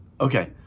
Okay